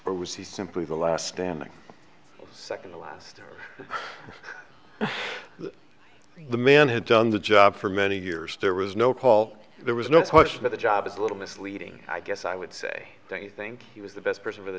or was he simply the last standing second the last the man had done the job for many years there was no call there was no question that the job is a little misleading i guess i would say don't you think he was the best person for the